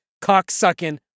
cocksucking